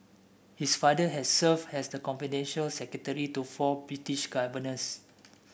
his father had served as the confidential secretary to four British governors